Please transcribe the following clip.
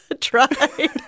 Tried